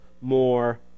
more